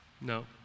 No